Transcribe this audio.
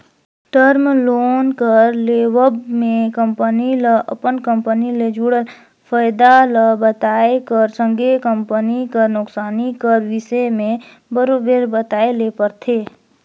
term loan कर लेवब में कंपनी ल अपन कंपनी ले जुड़ल फयदा ल बताए कर संघे कंपनी कर नोसकानी कर बिसे में बरोबेर बताए ले परथे